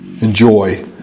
enjoy